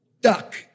Duck